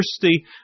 thirsty